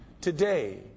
today